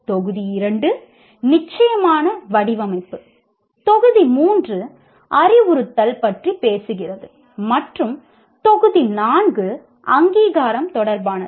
தொகுதி 2 நிச்சயமாக வடிவமைப்பு தொகுதி 3 அறிவுறுத்தல் பற்றி பேசுகிறது மற்றும் தொகுதி 4 அங்கீகாரம் தொடர்பானது